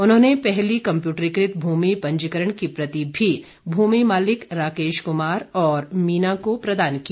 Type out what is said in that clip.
उन्होंने पहली कंप्यूटरीकृत भूमि पंजीकरण की प्रति भी भूमि मालिक राकेश कुमार और मीना को प्रदान की